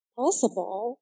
possible